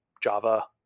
Java